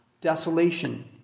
desolation